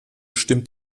stimmt